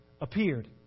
appeared